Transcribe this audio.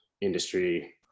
industry